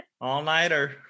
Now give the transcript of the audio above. All-nighter